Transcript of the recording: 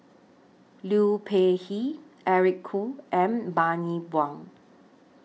Liu Peihe Eric Khoo and Bani Buang